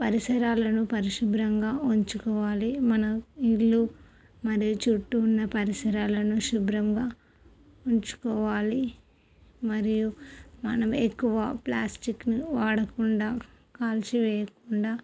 పరిసరాలను పరిశుభ్రంగా ఉంచుకోవాలి మనం ఇళ్ళు మరియు చుట్టు ఉన్న పరిసరాలను శుభ్రంగా ఉంచుకోవాలి మరియు మనం ఎక్కువ ప్లాస్టిక్ను వాడకుండా కాల్చివేయకుండా